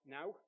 now